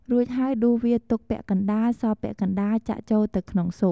រួចហើយដួសវាទុក ពាក់កណ្តាល សល់ពាក់កណ្តាល ចាក់ចូលទៅក្នុងស៊ុប។